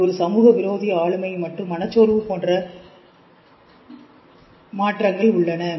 இது ஒரு சமூக விரோத ஆளுமை மற்றும் மனச்சோர்வு போன்ற மனச் சோர்வு மனச்சோர்வு மற்றும் கிலோபல் மாற்றங்கள் உள்ளன